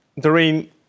Doreen